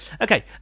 Okay